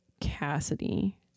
cassidy